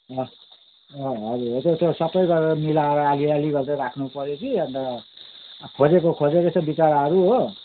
अँ हजुर हो त्यस्तो सबै गरेर मिलाएर अलिअलि गर्दै राख्नु पऱ्यो कि अन्त खोजेको खोजेकै छ बिचाराहरू हो